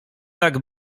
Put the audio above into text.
tak